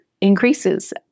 increases